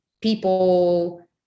people